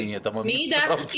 מאידך,